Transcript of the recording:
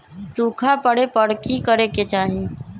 सूखा पड़े पर की करे के चाहि